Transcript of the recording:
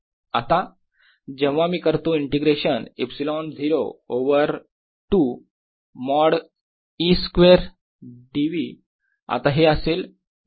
आता जेव्हा मी करतो integration ε0 over 2 mod E square dV आता हे असेल 0 ते इन्फिनिटी